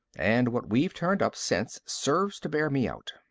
and what we've turned up since serves to bear me out.